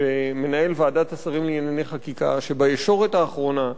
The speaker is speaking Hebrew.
מנהל ועדת השרים לענייני חקיקה, שבישורת האחרונה,